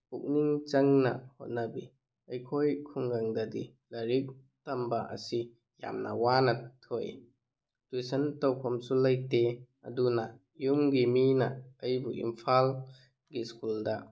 ꯄꯨꯛꯅꯤꯡ ꯆꯪꯅ ꯍꯣꯠꯅꯕꯤ ꯑꯩꯈꯣꯏ ꯈꯨꯡꯒꯪꯗꯗꯤ ꯂꯥꯏꯔꯤꯛ ꯇꯝꯕ ꯑꯁꯤ ꯌꯥꯝꯅ ꯋꯥꯅ ꯊꯣꯛꯏ ꯇꯨꯏꯁꯟ ꯇꯧꯐꯝꯁꯨ ꯂꯩꯇꯦ ꯑꯗꯨꯅ ꯌꯨꯝꯒꯤ ꯃꯤꯅ ꯑꯩꯕꯨ ꯏꯝꯐꯥꯜꯒꯤ ꯁ꯭ꯀꯨꯜꯗ